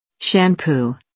Shampoo